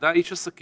אני לא אשת רפואה,